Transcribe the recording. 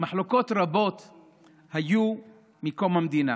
מחלוקות רבות רבות היו מקום המדינה,